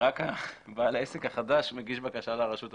רק בעל העסק החדש מגיש בקשה לרשות המקומית,